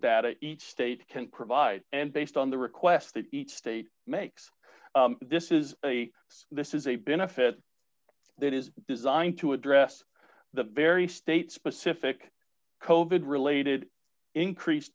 data each state can provide and based on the requests that each state makes this is a this is a benefit that is designed to address the very state specific coded related increase